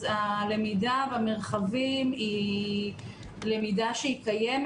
הלמידה במרחבים היא למידה שקיימת.